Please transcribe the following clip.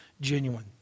genuine